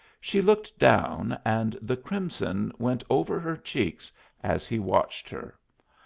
she looked down, and the crimson went over her cheeks as he watched her.